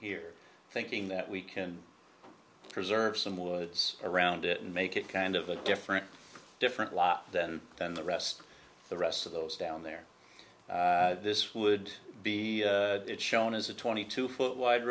here thinking that we can preserve some woods around it and make it kind of a different different lot than the rest of the rest of those down there this would be shown as a twenty two foot wide